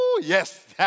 yes